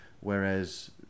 Whereas